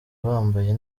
bambaye